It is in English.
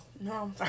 No